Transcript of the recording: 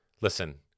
listen